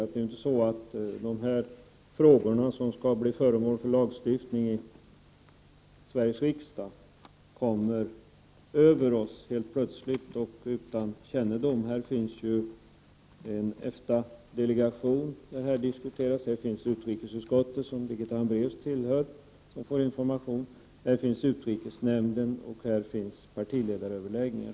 Det är ju inte så, att de här frågorna som skall bli föremål för lagstiftning i Sveriges riksdag helt plötsligt har kommit över oss, alltså att tidigare kännedom härom skulle saknas. Nej, vi har ju EFTA-delegationen, där sådana här frågor diskuteras. Vi har utrikesutskottet, vilket Birgitta Hambraeus tillhör, som får information. Vi har utrikesnämnden och partiledaröverläggningarna.